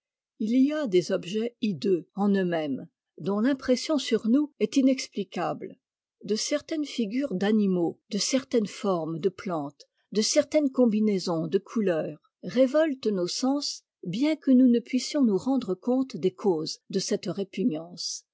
il y a des objets hideux en eux mêmes dont l'impression sur nous est inexplicable de certaines figures d'animaux de certaines formes de plantes de certaines combinaisons de couleurs révoltent nos sens bien que nous ne puissions nous rendre compte des causes de cette répugnance